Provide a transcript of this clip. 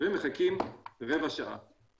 ומחכים 15 דקות.